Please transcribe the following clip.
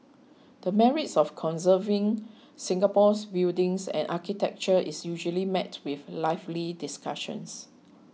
the merits of conserving Singapore's buildings and architecture is usually met with lively discussions